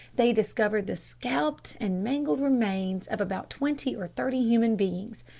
they discovered the scalped and mangled remains of about twenty or thirty human beings.